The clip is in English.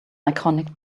iconic